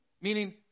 meaning